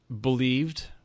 believed